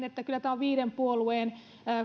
että kyllä tämä on viiden puolueen